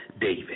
David